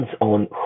on